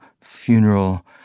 funeral